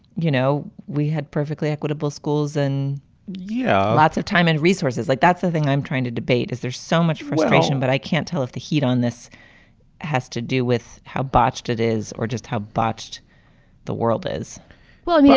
you know, we had perfectly equitable schools and yeah, lots of time and resources. like, that's the thing i'm trying to debate is there's so much frustration, but i can't tell if the heat on this has to do with how botched it is or just how botched the world is well, yeah